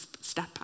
step